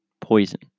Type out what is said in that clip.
poison